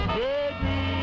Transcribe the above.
baby